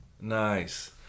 Nice